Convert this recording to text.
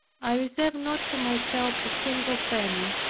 i reserved not to myself a single penny,